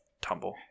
tumble